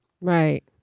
Right